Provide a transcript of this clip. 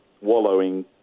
wallowing